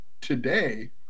today